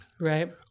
Right